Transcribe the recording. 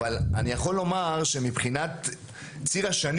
אבל אני יכול לומר שמבחינת ציר השנים